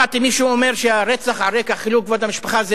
שמעתי שמישהו אומר שהרצח על רקע חילול כבוד המשפחה,